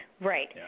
Right